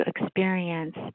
experience